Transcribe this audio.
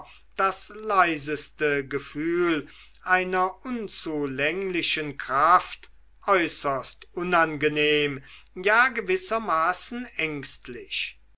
das leiseste gefühl einer unzulänglichen kraft äußerst unangenehm ja gewissermaßen ängstlich